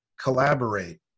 collaborate